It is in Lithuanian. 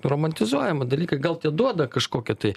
romantizuojami dalykai gal duoda kažkokią tai